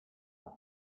down